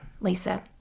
Lisa